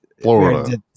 Florida